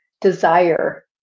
desire